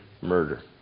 murder